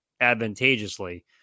advantageously